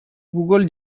google